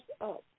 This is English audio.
up